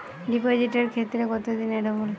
ডিপোজিটের ক্ষেত্রে কত দিনে ডবল?